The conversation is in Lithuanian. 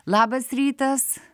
labas rytas